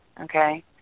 Okay